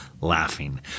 laughing